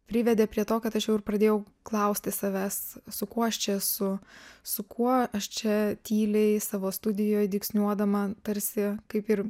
privedė prie to kad aš jau ir pradėjau klausti savęs su kuo aš čia esu su kuo aš čia tyliai savo studijoj dygsniuodama tarsi kaip ir